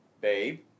Babe